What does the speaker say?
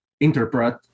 interpret